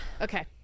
Okay